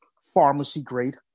pharmacy-grade